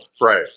Right